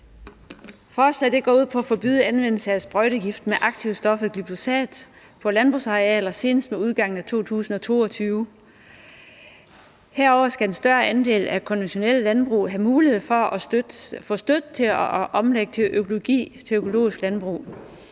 Forslaget går ud på at forbyde anvendelsen af sprøjtegifte med aktivstoffet glyfosat på landbrugsarealer senest med udgangen af 2022. Herudover skal en større andel af konventionelle landbrug have mulighed for at få støtte til at omlægge til økologisk landbrug.